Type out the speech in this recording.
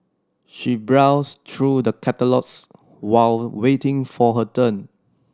she browsed through the catalogues while waiting for her turn